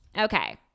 Okay